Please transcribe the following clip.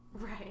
Right